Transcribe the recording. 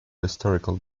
historical